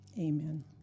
Amen